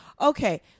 Okay